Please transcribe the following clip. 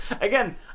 again